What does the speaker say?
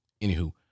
Anywho